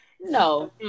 no